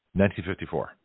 1954